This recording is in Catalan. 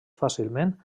fàcilment